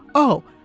oh,